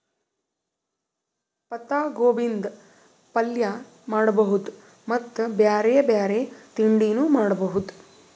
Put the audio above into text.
ಪತ್ತಾಗೋಬಿದ್ ಪಲ್ಯ ಮಾಡಬಹುದ್ ಮತ್ತ್ ಬ್ಯಾರೆ ಬ್ಯಾರೆ ತಿಂಡಿನೂ ಮಾಡಬಹುದ್